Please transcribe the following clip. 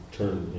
turn